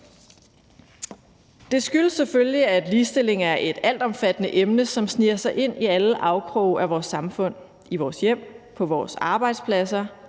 Det skyldes selvfølgelig, at ligestilling er et altomfattende emne, som sniger sig ind i alle afkroge af vores samfund, i vores hjem, på vores arbejdspladser,